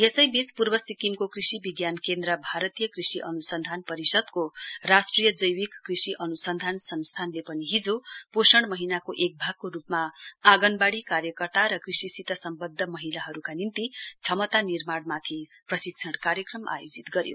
यसैबीच पूर्व सिक्किमको कृषि विज्ञान केन्द्रभारतीय कृषि अनुसन्धान परिषदको राष्ट्रिय जैविक कृषि अनुसन्धान संस्थानले पनि हिजो पोषण महीनाको एक भागको रुपमा आँगनवाड़ी कार्यकर्ता र कृषिसित सम्बद्य महिलाहरुका निम्ति क्षमता निर्माणमाथि प्रशिक्षण कार्यक्रम आयोजित गर्यो